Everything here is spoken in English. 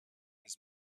his